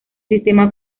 sistema